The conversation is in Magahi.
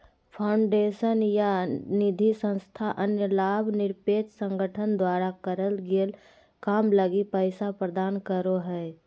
फाउंडेशन या निधिसंस्था अन्य लाभ निरपेक्ष संगठन द्वारा करल गेल काम लगी पैसा प्रदान करो हय